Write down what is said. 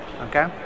okay